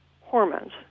hormones